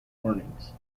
warnings